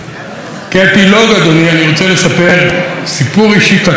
אני רוצה לספר סיפור אישי קטן שקרה פה בכנסת.